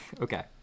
Okay